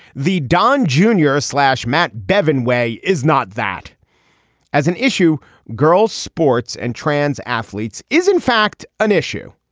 the don junior slash matt bevin way is not that as an issue girls sports and trans athletes is in fact an issue.